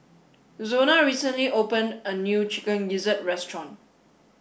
Zona recently opened a new chicken gizzard restaurant